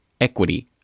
equity